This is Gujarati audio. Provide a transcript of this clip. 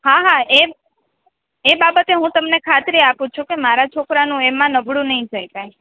હા હા એમ એ બાબતે હું તમને ખાતરી આપું છું કે મારા છોકરાનું એમાં નબળું નહી થાય કાઇ